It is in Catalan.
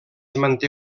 manté